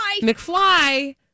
mcfly